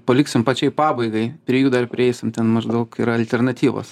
paliksim pačiai pabaigai prie jų dar prieisim ten maždaug yra alternatyvos